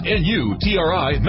n-u-t-r-i